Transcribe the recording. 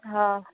हा